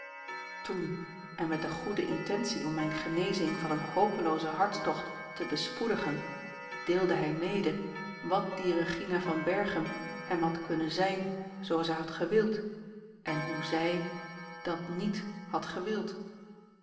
toen en met de goede intentie om mijne genezing van een hopeloozen hartstocht te bespoedigen deelde hij mede wat die regina van berchem hem had kunnen zijn zoo zij had gewild en hoe zij dat niet had gewild